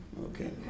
Okay